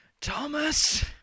Thomas